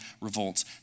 revolts